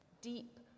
deep